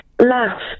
laugh